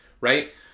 right